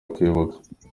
kwibuka